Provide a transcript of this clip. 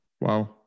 Wow